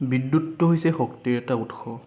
বিদ্যুতটো হৈছে শক্তিৰ এটা উৎস